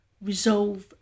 resolve